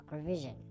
revision